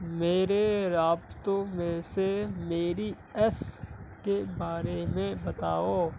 میرے رابطوں میں سے میری ایس کے بارے میں بتاؤ